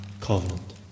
covenant